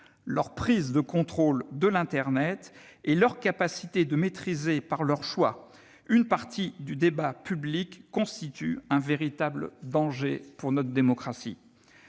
La prise de contrôle de l'internet et la capacité de celles-ci de maîtriser, par leurs choix, une partie du débat public constituent un véritable danger pour notre démocratie.